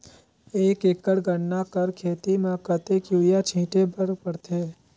एक एकड़ गन्ना कर खेती म कतेक युरिया छिंटे बर पड़थे?